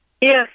Yes